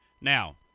Now